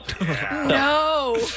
No